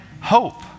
hope